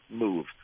move